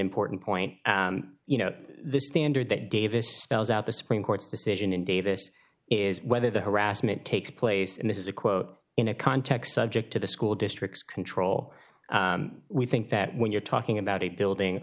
important point you know the standard that davis spells out the supreme court's decision in davis is whether the harassment takes place in this is a quote in a context subject to the school district's control we think that when you're talking about a building